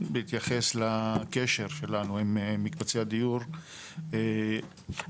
בהתייחס לקשר שלנו עם מקבצי הדיור --- לא,